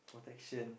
protection